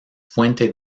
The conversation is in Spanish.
fuente